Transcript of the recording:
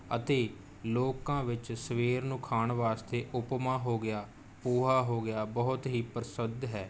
ਅਤੇ ਲੋਕਾਂ ਵਿੱਚ ਸਵੇਰ ਨੂੰ ਖਾਣ ਵਾਸਤੇ ਉਪਮਾ ਹੋ ਗਿਆ ਪੋਹਾ ਹੋ ਗਿਆ ਬਹੁਤ ਹੀ ਪ੍ਰਸਿੱਧ ਹੈ